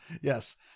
yes